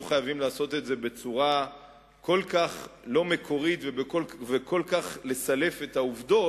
לא חייבים לעשות את זה בצורה כל כך לא מקורית וכל כך לסלף את העובדות.